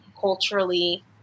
culturally